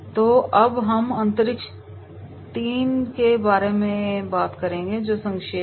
तो अब हम अंतरिक्ष तीन के बारे में बात करेंगे जो संक्षेप है